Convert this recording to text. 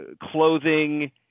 clothing